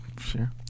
Sure